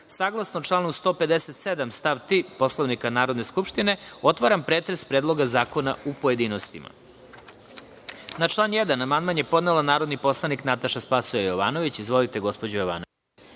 saglasno članu 157. stav 3. Poslovnika Narodne skupštine, otvaram pretres Predloga zakona u pojedinostima. Na član 1. amandman je podnela narodni poslanik Nataša Sp. Jovanović. Izvolite, gospođo Jovanović.